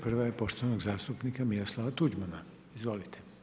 Prva je poštovanog zastupnika Miroslava Tuđmana, izvolite.